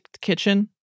kitchen